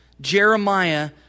Jeremiah